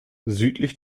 südlich